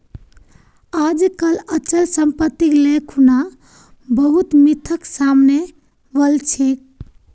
आजकल अचल सम्पत्तिक ले खुना बहुत मिथक सामने वल छेक